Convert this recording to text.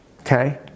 okay